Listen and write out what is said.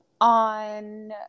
On